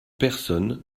personne